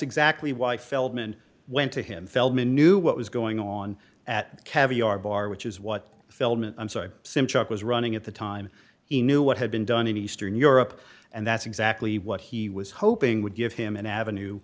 exactly why feldman went to him feldman knew what was going on at caviar bar which is what feldman simpson was running at the time he knew what had been done in eastern europe and that's exactly what he was hoping would give him an avenue